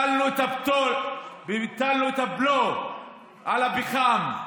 ביטלנו את הבלו על הפחם,